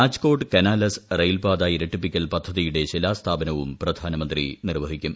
രാജ്കോട്ട് കനാലസ് റെയിൽപാത ഇരട്ടിപ്പിക്കൽ പദ്ധതിയുടെ ശിലാസ്ഥാപനവും പ്രധാനമന്ത്രി നിർവ്വഹിക്കും